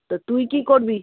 তা তুই কী করবি